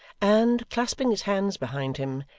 and, clasping his hands behind him,